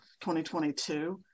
2022